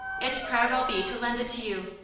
it's proud i'll be to lend it to you.